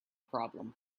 problem